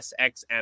SXM